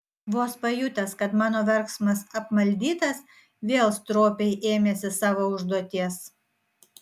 vos pajutęs kad mano verksmas apmaldytas vėl stropiai ėmėsi savo užduoties